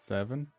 Seven